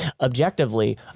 objectively